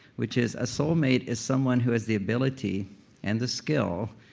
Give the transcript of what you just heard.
which is a soulmate is someone who has the ability and the skill,